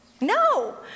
No